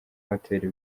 hoteli